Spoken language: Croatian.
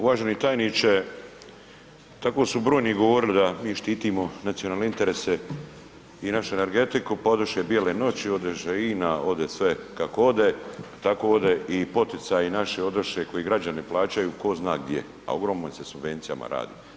Uvaženi tajniče, tako su brojni govorili da mi štitimo nacionalne interese i našu energetiku pa odoše bijele noći, odoše INA, ode sve kako ode, tako ovde i poticaji naši odoše koji građani plaćaju tko zna gdje, a o ogromnim se subvencijama radi.